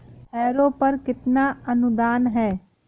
Harrow पर कितना अनुदान है?